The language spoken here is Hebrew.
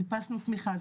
חיפשנו תמיכה,